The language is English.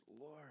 Lord